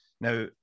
Now